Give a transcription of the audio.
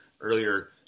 earlier